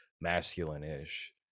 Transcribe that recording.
masculine-ish